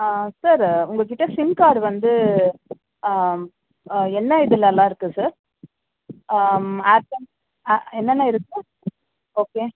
sir உங்கள் கிட்டே sim card வந்து என்ன இதுலெல்லாம் இருக்குது சார் ஏர்டெல் அ என்னென்ன இருக்குது ஓகே